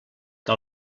que